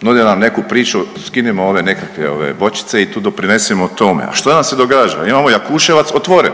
Nude nam neku priču skinimo ove nekakve ove bočice i tu doprinesimo tome. A što nam se događa? Imamo Jakuševac otvoren.